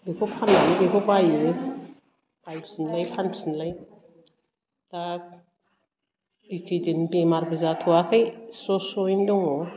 बेखौ फान्नानै बेखौ बाइयो बायफिनलाय फानफिनलाय दा बे खैदिन बेमारबो जाथ'वाखै स्र' स्र'यैनो दङ